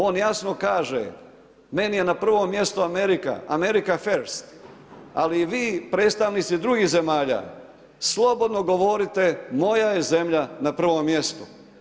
On jasno kaže meni je na prvom mjestu Amerika, America first, ali vi predstavnici drugih zemalja slobodno govorite moja je zemlja na prvom mjestu.